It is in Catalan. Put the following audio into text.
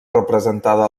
representada